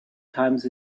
times